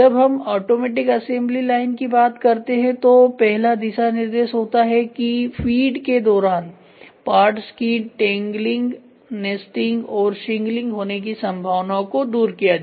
जब हम automatic assembly line की बात करते हैं तो पहला दिशानिर्देश यह होता है कि फीड के दौरान पार्ट्स की टेंगलिंग नेस्टिंग और शिंगलिंग होने की संभावनाओं को दूर किया जाए